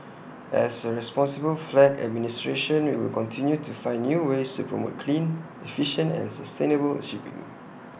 as A responsible flag administration we will continue to find new ways to promote clean efficient and sustainable shipping